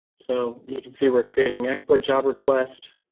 so you can see we're creating export job request,